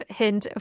hint